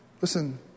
listen